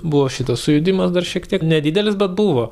buvo šitas sujudimas dar šiek tiek nedidelis bet buvo